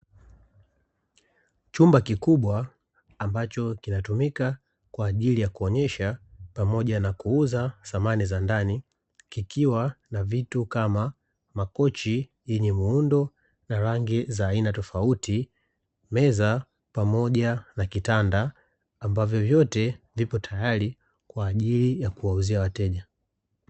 Chumba kikubwa ambacho kinatumika kwa ajili ya kuonyesha pamoja na kuuza samani za ndani; kikiwa na kitu kama: makochi yenye muundo na rangi za aina tofauti, meza pamoja na kitanda; ambavyo vyote vipo tayari kwa ajili ya kuwauzia wateja.